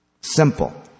Simple